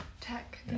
Tech